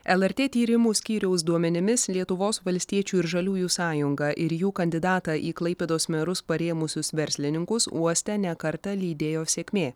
lrt tyrimų skyriaus duomenimis lietuvos valstiečių ir žaliųjų sąjungą ir jų kandidatą į klaipėdos merus parėmusius verslininkus uoste ne kartą lydėjo sėkmė